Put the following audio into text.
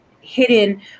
hidden